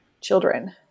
children